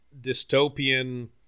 dystopian